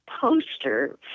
poster